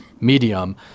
medium